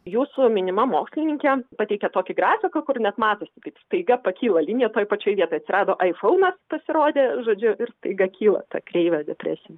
jūsų minima mokslininkė pateikė tokį grafiką kur net matosi taip staiga pakyla linija toj pačioj vietoj atsirado aifonas pasirodė žodžiu ir staiga kyla ta kreivė depresija